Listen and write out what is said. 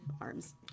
arms